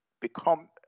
become